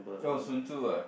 oh Sun Tzu ah